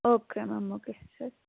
okay ma'am okay ಸರಿ